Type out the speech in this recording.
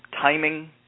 Timing